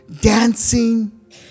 dancing